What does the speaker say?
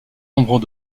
nombre